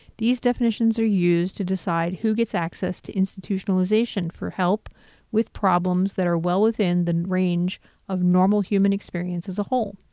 these definitions are used to decide who gets access to institutionalization, for help with problems that are well within the range of normal human experience as a whole.